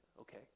okay